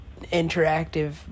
interactive